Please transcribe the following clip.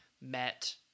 met